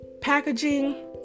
packaging